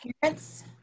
parents